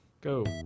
Go